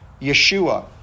Yeshua